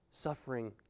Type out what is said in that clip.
suffering